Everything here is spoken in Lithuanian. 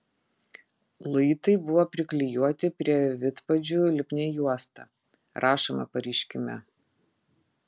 luitai buvo priklijuoti prie vidpadžių lipnia juosta rašoma pareiškime